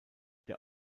der